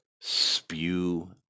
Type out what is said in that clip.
spew